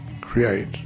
create